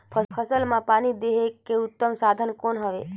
फसल मां पानी देहे के उत्तम साधन कौन हवे?